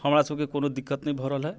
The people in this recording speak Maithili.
हमरा सभके कोनो दिक्कत नहि भऽ रहल है